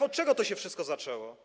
Od czego to się wszystko zaczęło?